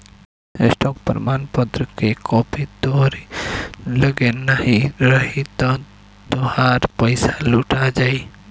stock प्रमाणपत्र कअ copy तोहरी लगे नाही रही तअ तोहार पईसा लुटा जाई